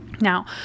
Now